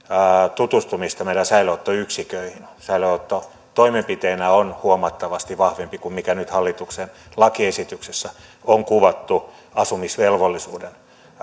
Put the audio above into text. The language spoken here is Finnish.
tutustumista meidän säilöönottoyksiköihin säilöönotto toimenpiteenä on huomattavasti vahvempi kuin mikä nyt hallituksen lakiesityksessä on kuvattu asumisvelvollisuuden